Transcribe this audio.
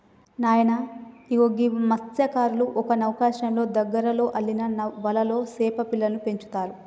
నాయన ఇగో గీ మస్త్యకారులు ఒక నౌకశ్రయంలో దగ్గరలో అల్లిన వలలో సేప పిల్లలను పెంచుతారు